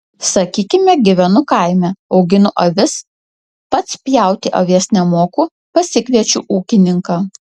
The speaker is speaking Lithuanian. sakykime gyvenu kaime auginu avis pats pjauti avies nemoku pasikviečiu ūkininką